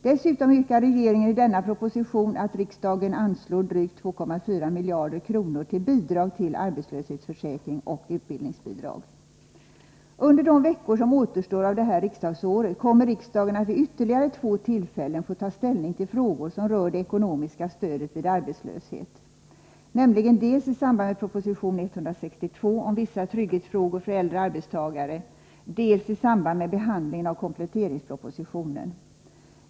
Dessutom yrkar regeringen i denna proposition att riksdagen anslår drygt 2,4 miljarder kronor till bidrag till arbetslöshetsförsäkring och utbildningsbidrag. Under de veckor som återstår av det här riksdagsåret kommer riksdagen att vid ytterligare två tillfällen få ta ställning till frågor som rör det ekonomiska stödet vid arbetslöshet, nämligen dels i samband med proposition 162 om vissa trygghetsfrågor för äldre arbetstagare, dels i samband med behandlingen av kompletteringspropositionen.